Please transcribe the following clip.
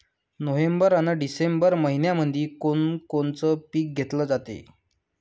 November अन December मइन्यामंधी कोण कोनचं पीक घेतलं जाते?